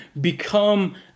become